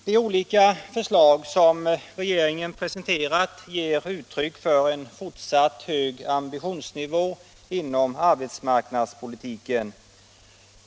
De olika förslag som regeringen presenterat är uttryck för en fortsatt hög ambitionsnivå inom arbetsmarknadspolitiken.